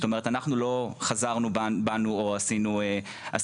זאת אומרת, אנחנו לא חזרנו בנו ולא עשינו שינוי.